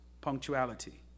punctuality